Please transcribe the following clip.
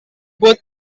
both